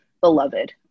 beloved